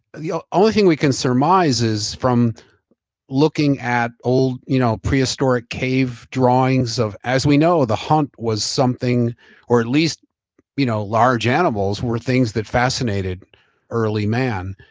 you know only thing we can surmise is from looking at old you know prehistoric cave drawings of as we know the hunt was something or at least you know large animals, were things that fascinated early man.